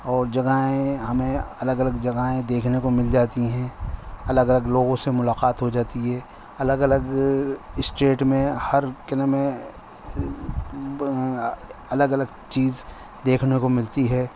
اور جگہیں ہمیں الگ الگ جگہیں دیکھنے کو مل جاتی ہیں الگ الگ لوگوں سے ملاقات ہو جاتی ہے الگ الگ اسٹیٹ میں ہر کیا نام ہے الگ الگ چیز دیکھنے کو ملتی ہے